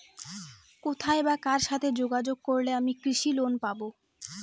কোথায় বা কার সাথে যোগাযোগ করলে আমি কৃষি লোন পাব?